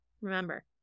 Remember